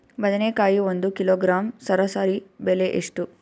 ಬದನೆಕಾಯಿ ಒಂದು ಕಿಲೋಗ್ರಾಂ ಸರಾಸರಿ ಬೆಲೆ ಎಷ್ಟು?